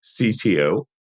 CTO